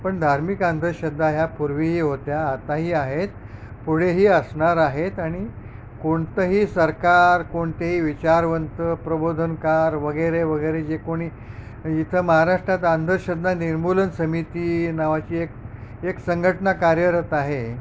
पण धार्मिक अंधश्रद्धा ह्या पूर्वीही होत्या आताही आहेत पुढेही असणार आहेत आणि कोणतंही सरकार कोणतेही विचारवंत प्रबोधनकार वगैरे वगैरे जे कोणी इथं महाराष्ट्रात आंधश्रद्धा निर्मूलन समिती नावाची एक संघटना कार्यरत आहे